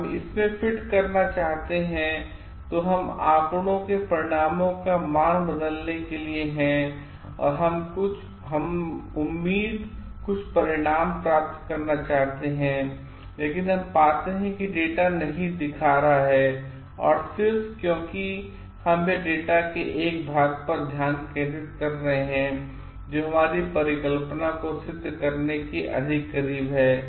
हम इसे में फिट करना चाहते हैं तो हम आंकड़ों के परिणामों के मान बदलने के लिए है कि हम उम्मीद कुछ परिणाम प्राप्त करना चाहते हैं लेकिन हम पाते हैं कि डेटा नहीं दिखा रहा है और सिर्फ क्योंकि हम यह डेटा के एक भाग पर ध्यान केंद्रित कर रहे हैं जो हमारी परिकल्पना को सिद्ध करने के अधिक करीब है